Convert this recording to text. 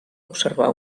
observar